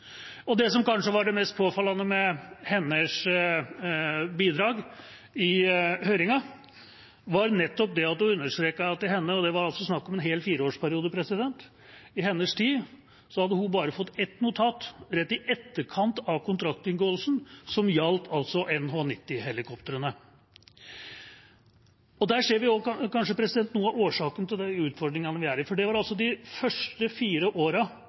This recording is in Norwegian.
var at hun understreket at i hennes tid – og det var altså snakk om en hel fireårsperiode – hadde hun bare fått ett notat, rett i etterkant av kontraktinngåelsen, som gjaldt NH90-helikoptrene. Der ser vi kanskje noe av årsaken til de utfordringene vi har, for det var de første fire